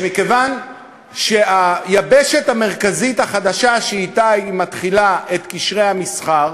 שמכיוון שהיבשת המרכזית החדשה שאתה היא מתחילה את קשרי המסחר